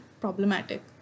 problematic